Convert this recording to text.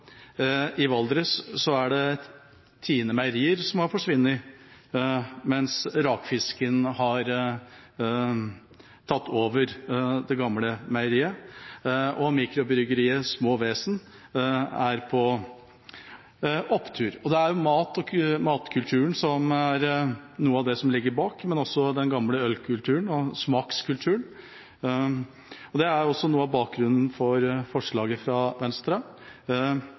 I Valdres er det TINEs meierier som har forsvunnet, mens rakfisken har tatt over det gamle meieriet, og mikrobryggeriet Små Vesen er på opptur. Mat og matkulturen er noe av det som ligger bak, men også den gamle ølkulturen og smakskulturen, og det er også noe av bakgrunnen for forslaget fra Venstre.